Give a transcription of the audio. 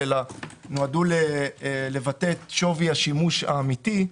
אלא נועדו לבטא את שווי השימוש האמיתי,